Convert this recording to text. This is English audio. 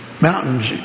mountains